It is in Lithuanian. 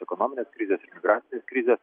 ekonominės krizės ir migracinės krizės